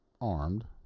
armed